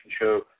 show